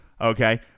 okay